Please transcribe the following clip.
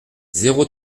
zéro